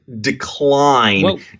decline